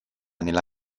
nella